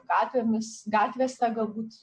gatvėmis gatvėse galbūt